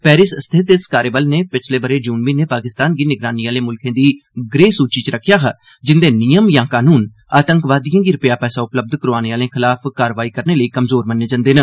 Paris स्थित इस कार्जबल नै पिछले बरे जून म्हीनें पाकिस्तान गी निगरानी आले मुल्खें दी ग्रे सूची च रखेआ हा जिंदे नियम या कनून आतंकवादिए गी रपेआ पैसा उपलब्ध करोआने खलाफ कार्रवाई करने लेई कमजोर मन्ने जंदे न